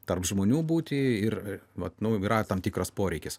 tarp žmonių būti ir vat nu yra tam tikras poreikis